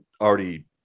already